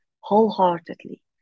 Wholeheartedly